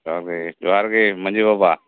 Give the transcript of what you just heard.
ᱡᱚᱦᱟᱨ ᱜᱮ ᱡᱚᱦᱟᱨ ᱜᱮ ᱢᱟᱹᱡᱷᱤ ᱵᱟᱵᱟ